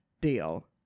deal